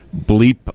bleep